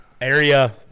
area